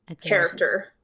character